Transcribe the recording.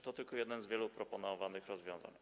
To tylko jedno z wielu proponowanych rozwiązań.